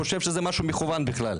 חושב שזה משהו מכוון בכלל,